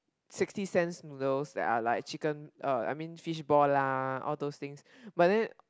sixty cents noodles that are like chicken uh I mean fishball lah all those things but then